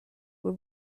were